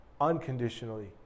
unconditionally